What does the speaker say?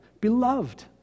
beloved